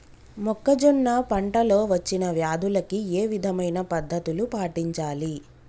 మొక్కజొన్న పంట లో వచ్చిన వ్యాధులకి ఏ విధమైన పద్ధతులు పాటించాలి?